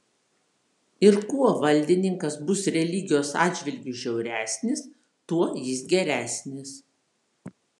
ir kuo valdininkas bus religijos atžvilgiu žiauresnis tuo jis geresnis